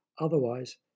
otherwise